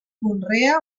conrea